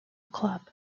club